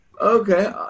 Okay